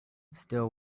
still